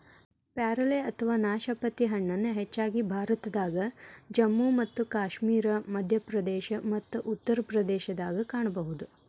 ಪ್ಯಾರಲ ಅಥವಾ ನಾಶಪತಿ ಹಣ್ಣನ್ನ ಹೆಚ್ಚಾಗಿ ಭಾರತದಾಗ, ಜಮ್ಮು ಮತ್ತು ಕಾಶ್ಮೇರ, ಮಧ್ಯಪ್ರದೇಶ ಮತ್ತ ಉತ್ತರ ಪ್ರದೇಶದಾಗ ಕಾಣಬಹುದು